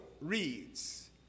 reads